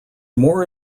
more